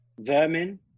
vermin